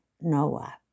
Noah